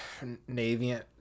navient